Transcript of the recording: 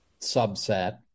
subset